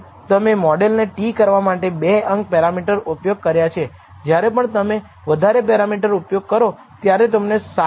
ખૂબ ઓછી પ્રકારની એક ભૂલ સંભાવના જો તમે પણ પસંદ કરો છો તો તમે નલ પૂર્વધારણાને નકારી કાઢશો